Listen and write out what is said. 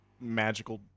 magical